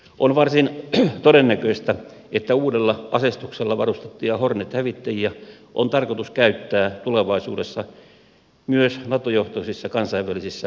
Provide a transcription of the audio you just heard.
on varsin todennäköistä että uudella aseistuksella varustettuja hornet hävittäjiä on tarkoitus käyttää tulevaisuudessa myös nato johtoisissa kansainvälisissä operaatioissa